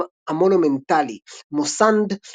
בכתב המונומנטלי "מוסנד",